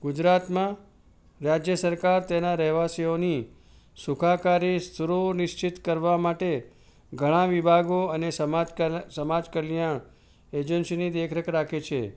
ગુજરાતમાં રાજ્ય સરકાર તેના રહેવાસીઓની સુખાકારી સુનિશ્ચિત કરવા માટે ઘણા વિભાગો અને સમાજ સમાજ કલ્યાણ એજન્સીની દેખરેખ રાખે છે